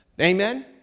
Amen